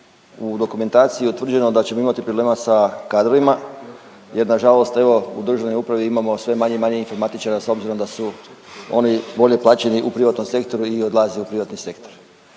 u dokumentaciji je utvrđeno da ćemo imati problema sa kadrovima, jer na žalost evo u državnoj upravi imamo sve manje i manje informatičara s obzirom da su oni bolje plaćeni u privatnom sektoru i odlaze u privatni sektor.